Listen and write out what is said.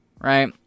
right